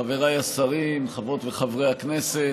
חבריי השרים, חברות וחברי הכנסת,